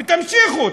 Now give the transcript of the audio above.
ותמשיכו,